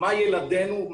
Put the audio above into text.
ילדנו,